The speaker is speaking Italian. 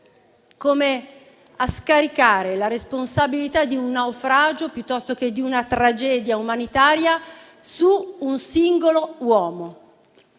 volesse scaricare la responsabilità di un naufragio e di una tragedia umanitaria su un singolo uomo.